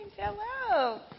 Hello